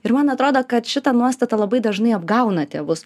ir man atrodo kad šita nuostata labai dažnai apgauna tėvus